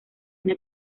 una